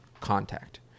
contact